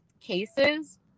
cases